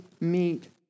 meet